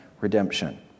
redemption